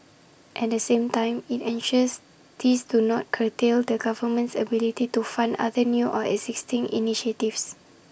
at the same time IT ensures these do not curtail the government's ability to fund other new or existing initiatives